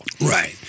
Right